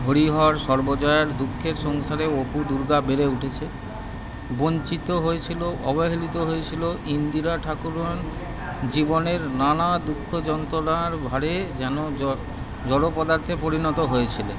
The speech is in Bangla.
হরিহর সর্বজয়ার দুঃখের সংসারে অপু দুর্গা বেড়ে উঠেছে বঞ্চিত হয়েছিল অবহেলিত হয়েছিল ইন্দির ঠাকরুণ জীবনের নানা দুঃখ যন্ত্রণার ভারে যেন জড় জড় পদার্থে পরিণত হয়েছিল